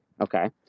okay